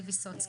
ויסוצקי,